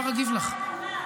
איך לא לנצל לרעה את המע"מ.